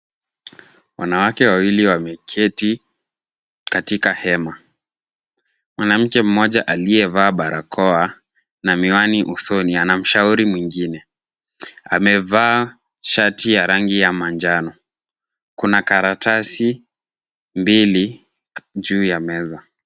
Wanawake wawili wameketi katika hema. Mwanamke mmoja aliyevaa barakoa na miwani usoni anamshauri mwingine. Amevaa shati ya rangi ya manjano. Kuna karatasi mbili juu ya meza.